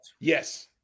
Yes